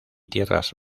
tierras